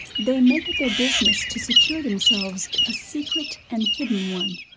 they make it their business to secure themselves a secret and hidden one.